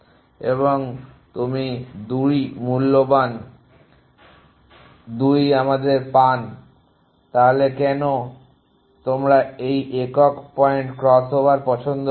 এবং আপনি 2 মূল্যবান 2 আমাদের পান তাহলে কেন তোমরা এই একক পয়েন্ট ক্রসওভার পছন্দ করো